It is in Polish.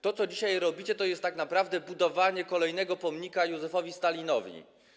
To, co dzisiaj robicie, to jest tak naprawdę budowanie kolejnego pomnika Józefowi Stalinowi.